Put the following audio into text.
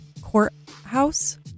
courthouse